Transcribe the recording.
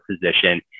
position